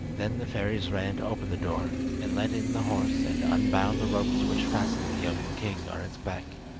then the fairies ran to open the door, and let in the horse and unbound the ropes which fastened the young king on its back.